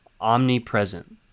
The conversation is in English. omnipresent